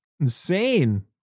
insane